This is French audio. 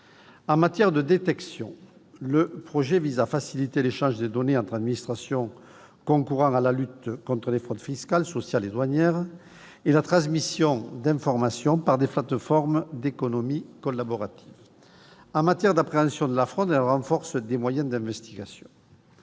En matière de détection, le projet vise à faciliter l'échange de données entre administrations concourant à la lutte contre les fraudes fiscales, sociales et douanières, et la transmission d'informations par les plateformes d'économie collaborative. En matière d'appréhension de la fraude, elles renforcent les moyens d'investigation.